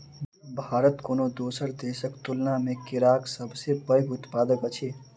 भारत कोनो दोसर देसक तुलना मे केराक सबसे पैघ उत्पादक अछि